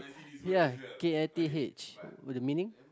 ya K I T H what the meaning